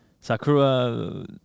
Sakura